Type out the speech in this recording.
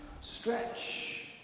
stretch